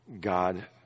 God